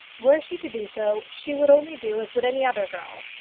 were she to do so, she would only do as would any other girl.